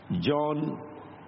John